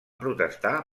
protestar